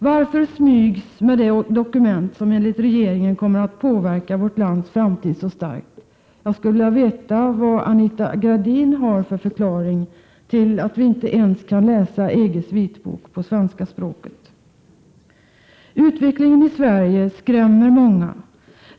Varför smygs det med det dokument som enligt regeringen kommer att påverka vårt lands framtid så starkt? Jag skulle vilja veta vad Anita Gradin har för förklaring till att vi inte ens kan läsa EG:s vitbok på svenska språket. Utvecklingen i Sverige skrämmer många.